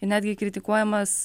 netgi kritikuojamas